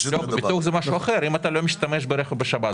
ביטוח זה משהו אחר, אם אתה לא משתמש ברכב בשבת.